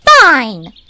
Fine